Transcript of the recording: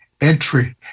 entry